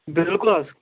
بِلکُل حظ